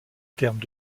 termes